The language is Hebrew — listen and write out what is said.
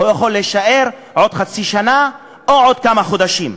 הוא יכול להישאר עוד חצי שנה או עוד כמה חודשים.